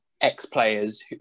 ex-players